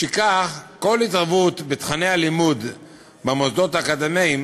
משכך, כל התערבות בתוכני הלימוד במוסדות האקדמיים